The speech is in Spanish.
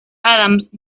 adams